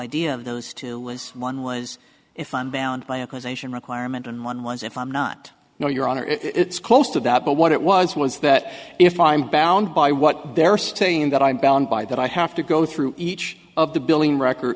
idea of those two lists one was a fun bound by a causation requirement and one was if i'm not you know your honor it's close to that but what it was was that if i'm bound by what they're saying that i'm bound by that i have to go through each of the billing records